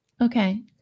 Okay